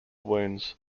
wounds